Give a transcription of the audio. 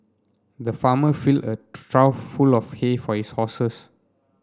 the farmer filled a trough full of hay for his horses